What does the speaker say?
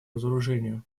разоружению